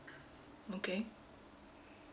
okay